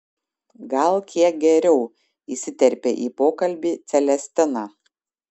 gal kiek geriau įsiterpė į pokalbį celestina